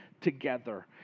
together